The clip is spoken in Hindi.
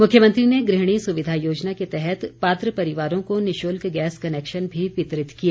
मुख्यमंत्री ने गृहिणी सुविधा योजना के तहत पात्र परिवारों को निशुल्क गैस कनेक्शन भी वितरित किए